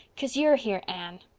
cause you're here, anne.